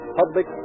public